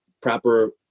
proper